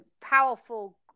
powerful